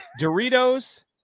Doritos